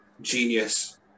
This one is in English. genius